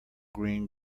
green